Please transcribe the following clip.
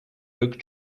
oak